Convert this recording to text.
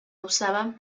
usaban